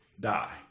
die